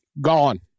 Gone